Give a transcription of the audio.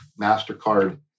mastercard